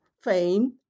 fame